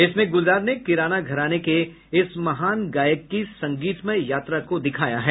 इसमें गुलजार ने किराना घराने के इस महान गायक की संगीतमय यात्रा को दिखाया है